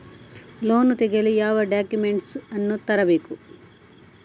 Loan ತೆಗೆಯಲು ಯಾವ documents ಅನ್ನು ತರಬೇಕು?